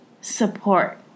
support